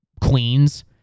Queens